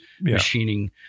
Machining